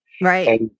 Right